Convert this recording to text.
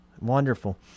wonderful